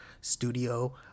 studio